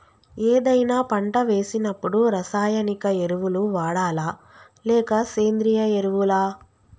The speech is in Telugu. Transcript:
ఏదైనా పంట వేసినప్పుడు రసాయనిక ఎరువులు వాడాలా? లేక సేంద్రీయ ఎరవులా?